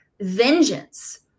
vengeance